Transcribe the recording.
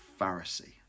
pharisee